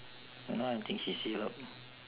don't know I think she save up